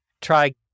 try